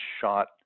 shot